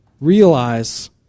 realize